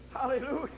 Hallelujah